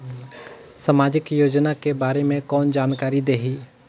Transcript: समाजिक योजना के बारे मे कोन जानकारी देही?